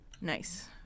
Nice